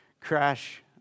crash